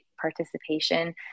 participation